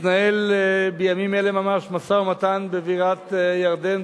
מתנהל בימים אלה ממש משא-ומתן בבירת ירדן,